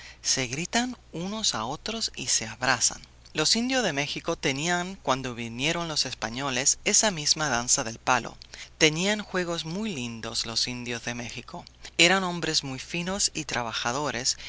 se gritan unos a otros y se abrazan los indios de méxico tenían cuando vinieron los españoles esa misma danza del palo tenían juegos muy lindos los indios de méxico eran hombres muy finos y trabajadores